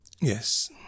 Yes